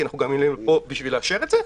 כי אנחנו גם מגיעים לפה בשביל לאשר את זה.